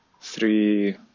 three